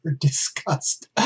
discussed